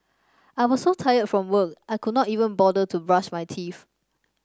I was so tired from work I could not even bother to brush my teeth